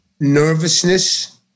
nervousness